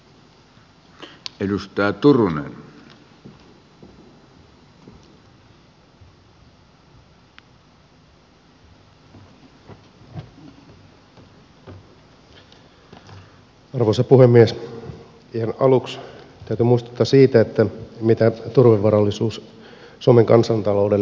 ihan aluksi täytyy muistuttaa siitä mitä turvevarallisuus suomen kansantaloudelle merkitsee